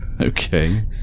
Okay